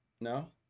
No